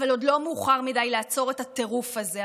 עוד לא מאוחר מדי לעצור את הטירוף הזה,